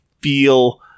feel